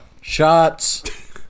shots